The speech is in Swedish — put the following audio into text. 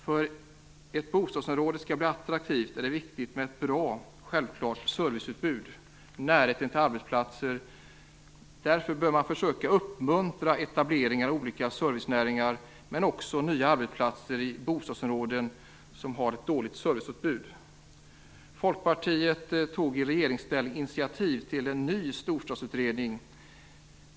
För att ett bostadsområde skall bli attraktivt är det viktigt med ett bra och självklart serviceutbud och närhet till arbetsplatser. Därför bör man försöka uppmuntra etableringar av olika servicenäringar och även nya arbetsplatser i bostadsområden som har ett dåligt serviceutbud. Folkpartiet tog i regeringsställning initiativ till en ny storstadsutredning.